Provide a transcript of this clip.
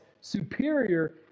superior